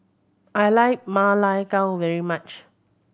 I like Ma Lai Gao very much